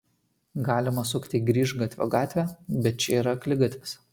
galima sukti į grįžgatvio gatvę bet ši yra akligatvis